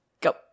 go